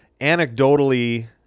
anecdotally